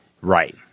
Right